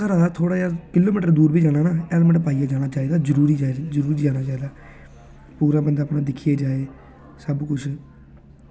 एह् लगदा की थोह्ड़ा किलोमीटर दूर बी जाना होऐ ना हेलमेट पाइयै जाना चाहिदा जरूर जाना चाहिदा पूरा बंदा अपने दिक्खियै जाये सबकुछ